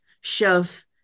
shove